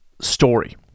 story